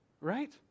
right